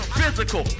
physical